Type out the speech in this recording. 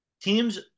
teams